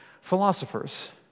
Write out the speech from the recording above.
philosophers